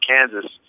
Kansas